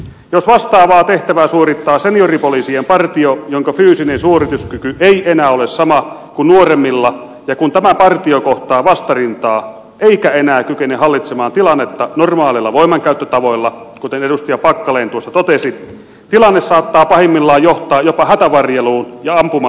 jos vastaavaa tehtävää suorittaa senioripoliisien partio jonka fyysinen suorituskyky ei enää ole sama kuin nuoremmilla ja kun tämä partio kohtaa vastarintaa eikä enää kykene hallitsemaan tilannetta normaaleilla voimankäyttötavoilla kuten edustaja packalen tuossa totesi tilanne saattaa pahimmillaan johtaa jopa hätävarjeluun ja ampuma aseen käyttöön